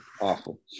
Awful